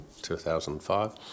2005